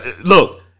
Look